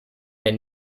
der